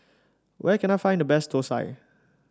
where can I find the best thosai